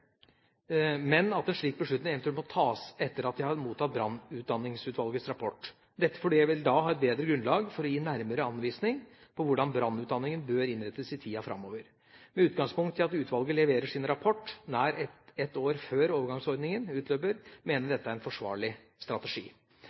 men at en slik beslutning eventuelt må tas etter at jeg har mottatt brannutdanningsutvalgets rapport, dette fordi jeg da vil ha et bedre grunnlag for å gi nærmere anvisning for hvordan brannutdanningen bør innrettes i tida framover. Med utgangspunkt i at utvalget leverer sin rapport nær ett år før overgangsordningen utløper, mener jeg dette er en forsvarlig strategi.